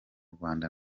rwanda